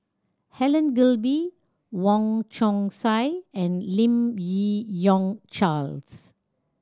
Helen Gilbey Wong Chong Sai and Lim Yi Yong Charles